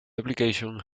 application